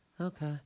Okay